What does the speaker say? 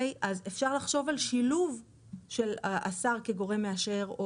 אפשר לחשוב על שילוב של השר כגורם מאשר.